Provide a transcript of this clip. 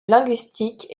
linguistique